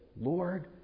Lord